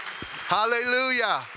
Hallelujah